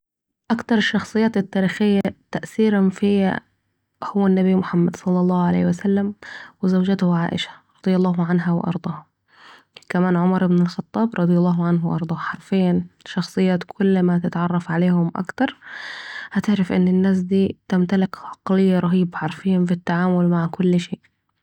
من اكتر الشخصيات التاريخية تأثيراً فيا هو النبي محمد« صل الله عليه وسلم » و زوجته عائشه «رضي الله عنها و ارضها » و عمر إبن الخطاب «رضي الله عنه و أرضاه » حرفياً شخصيات كل ما تتعرف عليهم أكتر هتعرف أن الناس دي تمتلك عقلية رهيبه حرفياً في التعامل مع كل شئ